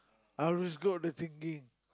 I just got the thinking